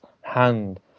Hand